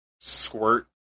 Squirt